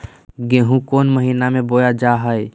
गेहूँ कौन महीना में बोया जा हाय?